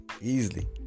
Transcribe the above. easily